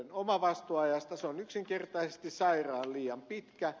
se on yksinkertaisesti sairaan liian pitkä